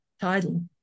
title